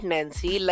Nancy